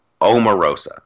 Omarosa